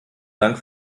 dank